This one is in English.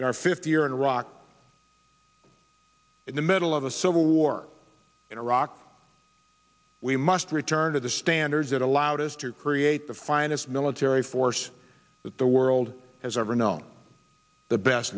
in our fifth year in iraq in the middle of a civil war in iraq we must return to the standards that allowed us to create the finest military force that the world has ever known the best